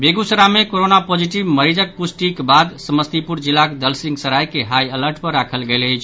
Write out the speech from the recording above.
बेगूसराय मे corona positive मरीजक प्रष्टिक बाद समस्तीपुर जिलाक दलसिंहसराय के हाई अलर्ट पर राखल गेल अछि